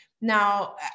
now